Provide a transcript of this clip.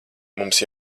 mums